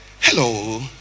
hello